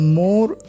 more